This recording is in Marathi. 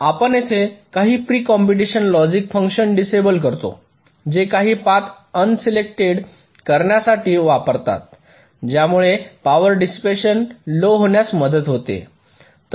तर आपण येथे काही pre computation logic function disable करतो जे काही पाथ अनसिलेक्ट करण्यासाठी वापरतात ज्यामुळे पावर डिसिपेशन लो होण्यास मदत होते